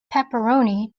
pepperoni